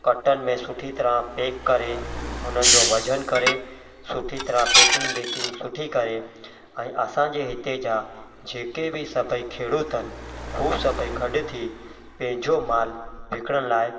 कटनि में सुठी तरह पैक करे हुननि जो वज़नु करे सुठी तरह पैकिंग वैकिंग सुठी करे ऐं असांजे हिते जा जेके बि सभई खेड़ू अथनि हू सभई गॾु थी पंहिंजो मालु विकिणण लाइ